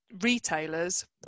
retailers